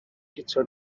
guto